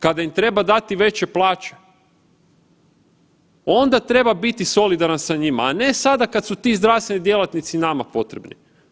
Kada im treba dati veće plaće, onda treba biti solidaran sa njima, a ne sada kad su ti zdravstveni djelatnici nama potrebni.